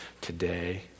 today